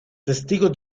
testigos